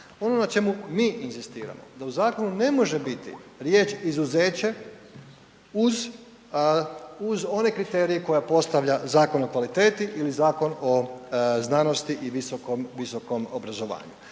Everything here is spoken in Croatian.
Ono na čemu mi inzistiramo da u zakonu ne može bit riječ „izuzeće“ uz one kriterije koje postavlja Zakon o kvaliteti ili Zakon o znanosti i visokom obrazovanju.